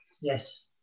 Yes